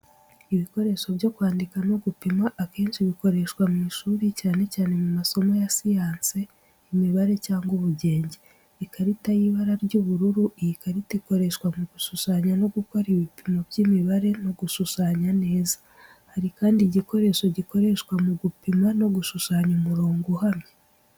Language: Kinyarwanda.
Ibikoresho byo kwandika no gupima akenshi bikoreshwa mu ishuri cyane cyane mu masomo ya siyansi, imibare, cyangwa ubugenge. Ikarita y'ibara ry'ubururu, iyi karita ikoreshwa mu gushushanya no gukora ibipimo by'imibare no gushushanya neza. Hari kandi igikoresho gikoreshwa mu gupima no gushushanya umurongo uhamye.